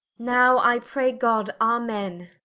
now i pray god, amen